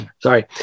Sorry